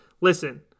listen